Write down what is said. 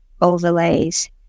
overlays